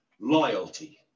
loyalty